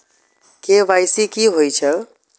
KYC कि होई छल?